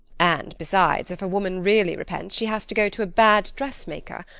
and besides, if a woman really repents, she has to go to a bad dressmaker,